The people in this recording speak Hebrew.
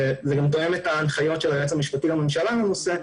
וזה גם תואם את הנחיות היועץ המשפטי לממשלה בנושא,